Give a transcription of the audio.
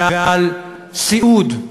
ועל סיעוד,